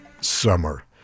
summer